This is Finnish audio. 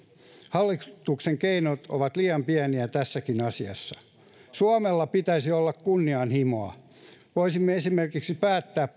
hallituksen keinot ovat liian pieniä tässäkin asiassa suomella pitäisi olla kunnianhimoa voisimme esimerkiksi päättää